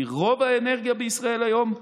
כי רוב האנרגיה בישראל היום,